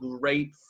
great